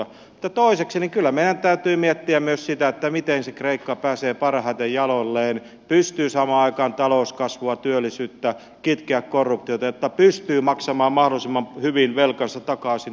toiseksi kyllä meidän täytyy miettiä myös sitä miten se kreikka pääsee parhaiten jaloilleen pystyy saamaan aikaan talouskasvua työllisyyttä kitkemään korruptiota jotta pystyy maksamaan mahdollisimman hyvin velkansa takaisin